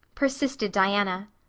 persisted diana.